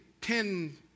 Ten